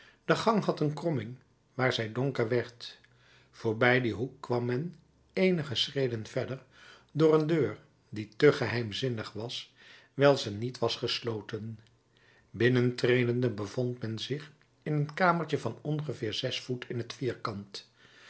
de gang had een kromming waar zij donker werd voorbij dien hoek kwam men eenige schreden verder voor een deur die te geheimzinniger was wijl ze niet was gesloten binnentredende bevond men zich in een kamertje van ongeveer zes voet in t vierkant